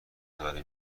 داره